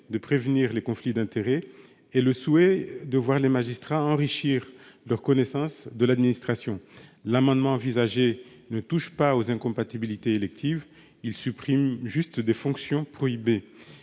de prévenir les conflits d'intérêts et le souhait de voir les magistrats enrichir leur connaissance de l'administration. L'amendement envisagé ne touche pas aux incompatibilités électives ; il tend juste à supprimer certaines fonctions prohibées